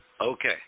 Okay